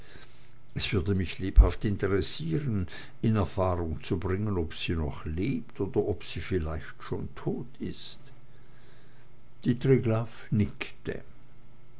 es würde mich lebhaft interessieren in erfahrung zu bringen ob sie noch lebt oder ob sie vielleicht schon tot ist die triglaff nickte